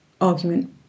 argument